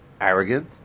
arrogant